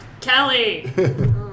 Kelly